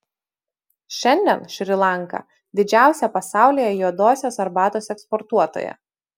šiandien šri lanka didžiausia pasaulyje juodosios arbatos eksportuotoja